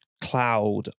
cloud